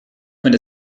und